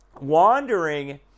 Wandering